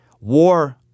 War